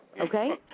Okay